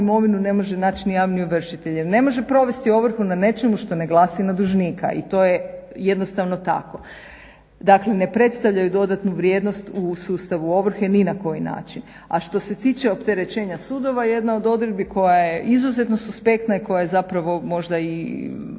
imovinu ne može naći ni javni ovršitelj jer ne može provesti ovrhu na nečemu što ne glasi na dužnika i to je jednostavno tako. Dakle ne predstavljaju dodatnu vrijednost u sustavu ovrhe ni na koji način. A što se tiče opterećenja sudova, jedna od odredbi koja je izuzetno suspektna i koja je zapravo možda i